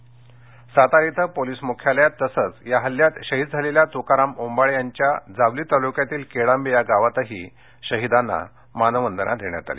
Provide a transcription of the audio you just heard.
आदरांजली सातारा इथं पोलीस मुख्यालयात तसच या हल्यात शहीद झालेल्या तुकाराम ओंबाळे यांच्या जावली तालुक्यातील केडांबे या गावातही मानवंदना देण्यात आली